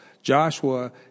Joshua